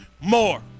more